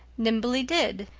nimbly did,